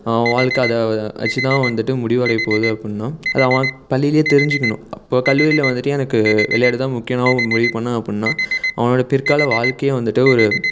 அவன் வாழ்க்க அதை வச்சுதான் வந்துட்டு முடிவடையப் போகுது அப்புடின்னா அது அவன் பள்ளிலேயே தெரிஞ்சுக்கணும் அப்போ கல்லூரியில் வந்துட்டு எனக்கு விளையாட்டு தான் முக்கியம்ன்னு அவன் முடிவு பண்ணிணான் அப்புடின்னா அவனோட பிற்கால வாழ்க்கையே வந்துட்டு ஒரு